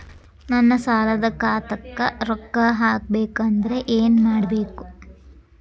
ನನ್ನ ಸಾಲದ ಖಾತಾಕ್ ರೊಕ್ಕ ಹಾಕ್ಬೇಕಂದ್ರೆ ಏನ್ ಮಾಡಬೇಕು?